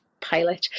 pilot